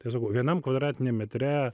tai sakau vienam kvadratiniam metre